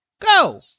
go